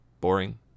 boring